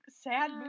sad